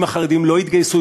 אם החרדים לא יתגייסו,